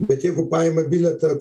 bet jeigu paima bilietą